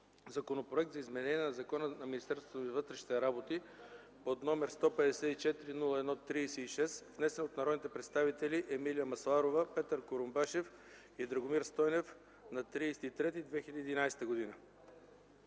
Законопроект за изменение на Закона за Министерството на вътрешните работи, № 154-01-36, внесен от народните представители Емилия Масларова, Петър Курумбашев и Драгомир Стойнев на 30 март